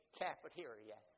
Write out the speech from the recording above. cafeteria